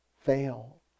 fail